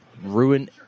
Ruin